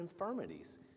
infirmities